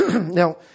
Now